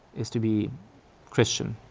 is to be christian.